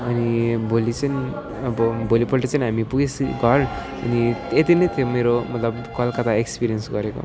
अनि भोलि चाहिँ अब भोलिपल्ट चाहिँ हामी पुगेपछि घर अनि यति नै थियो मेरो मतलब कलकत्ता एक्सपेरिएन्स गरेको